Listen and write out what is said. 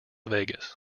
vegas